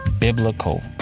biblical